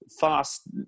fast